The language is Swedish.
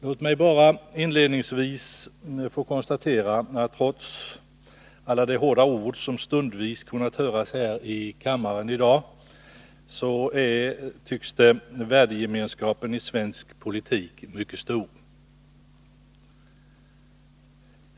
Låt mig bara inledningsvis få konstatera att värdegemenskapen i svensk politik, trots alla de hårda ord som stundvis Kar kunnat höras här i kammaren i dag, tycks vara mycket stor.